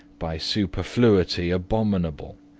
by superfluity abominable.